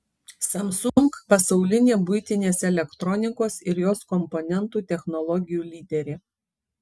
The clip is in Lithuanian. samsung pasaulinė buitinės elektronikos ir jos komponentų technologijų lyderė